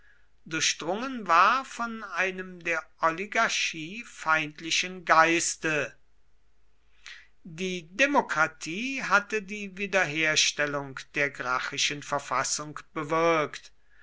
durchdrungen war von einem der oligarchie feindlichen geiste die demokratie hatte die wiederherstellung der gracchischen verfassung bewirkt